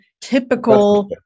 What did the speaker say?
typical-